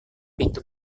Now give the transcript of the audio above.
pintu